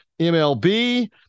MLB